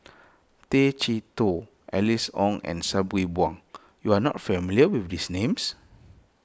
Tay Chee Toh Alice Ong and Sabri Buang you are not familiar with these names